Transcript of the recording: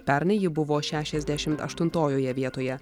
pernai ji buvo šešiasdešimt aštuntojoje vietoje